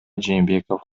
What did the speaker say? жээнбеков